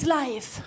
life